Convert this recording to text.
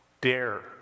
Dare